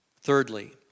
thirdly